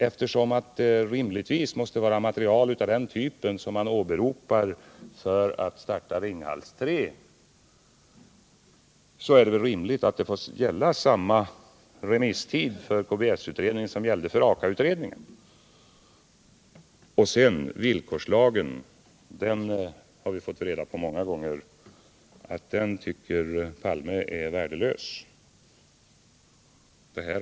Eftersom det måste vara material av denna typ som man åberopar för att starta Ringhals 3 är det väl rimligt att samma remisstid får gälla för KBS-utredningen som gällde för AKA-utredningen. Vi har många gånger fått veta att Olof Palme tycker att villkorslagen är värdelös.